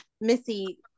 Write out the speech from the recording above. Missy